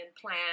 plan